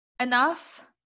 enough